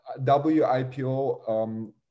WIPO